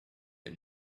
and